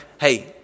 Hey